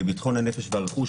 לביטחון הנפש והרכוש,